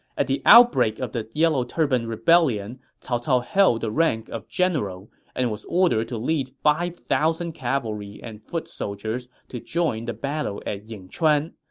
at the outbreak of the yellow turban rebellion, cao cao held the rank of general and was ordered to lead five thousand cavalry and foot soldiers to join the battle at yingchuan.